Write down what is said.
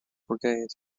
brigade